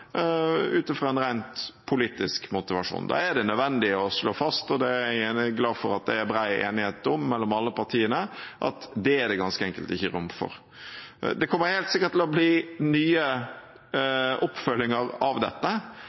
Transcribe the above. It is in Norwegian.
ut fra en rent politisk motivasjon. Da er det nødvendig å slå fast, og det er jeg glad for at det er bred enighet om mellom alle partiene, at det er det ganske enkelt ikke rom for. Det kommer helt sikkert til å bli ny oppfølging av dette.